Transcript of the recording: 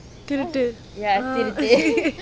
திருட்டு:thirutu ah